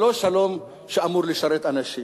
זה לא שלום שאמור לשרת אנשים.